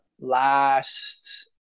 last